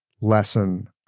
lesson